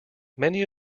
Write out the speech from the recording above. many